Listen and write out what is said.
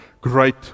great